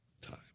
time